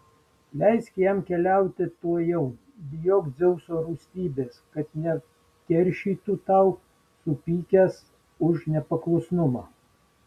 leisk jam keliauti tuojau bijoki dzeuso rūstybės kad neatkeršytų tau supykęs už nepaklusnumą